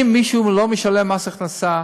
אם מישהו לא משלם מס הכנסה,